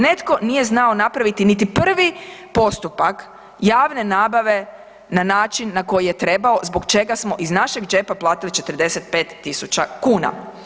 Netko nije znao napraviti niti prvi postupak javne nabave na način na koji je trebao zbog čega smo iz našeg džepa platili 45 000 kuna.